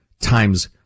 times